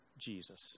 Jesus